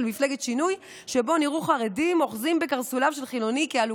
מפלגת שינוי שבו נראו חרדים אוחזים בקרסוליו של חילוני כעלוקות.